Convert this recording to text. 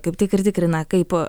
kaip tik ir tikrina kaip